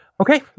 Okay